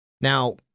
Now